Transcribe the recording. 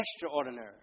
Extraordinary